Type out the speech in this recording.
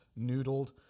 noodled